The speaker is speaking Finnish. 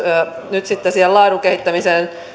nyt siihen laadun kehittämiseen